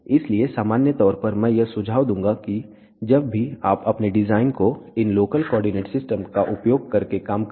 इसलिए सामान्य तौर पर मैं यह सुझाव दूंगा कि जब भी आप अपने डिज़ाइन को इन लोकल कोऑर्डिनेट सिस्टम का उपयोग करके काम करें